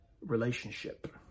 relationship